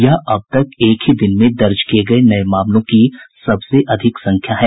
यह अब तक एक ही दिन में दर्ज किए गए नए मामलों की सबसे अधिक संख्या है